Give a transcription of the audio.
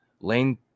Lane